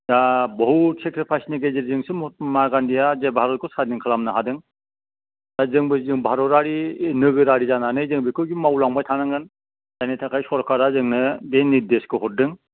दा बहुथ सेक्रिपाइसनि गेजेरजोंसो महात्मा गान्धिया जे भारतखौ सादिन खालामनो हादों दा जोंबो जों भारतारि नोगोरारि जानानै जों बेखौ मावलांबाय थानांगोन जायनि थाखाय सरखारा जोंनो बे नेरदेसखौ हरदों